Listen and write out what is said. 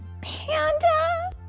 Panda